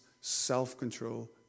self-control